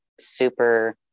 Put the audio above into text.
Super